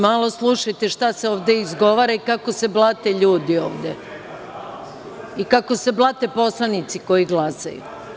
Malo slušajte šta se ovde izgovara i kako se blate ljudi ovde, i kako se blate poslanici koji glasaju.